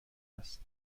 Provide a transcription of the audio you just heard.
است